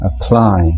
apply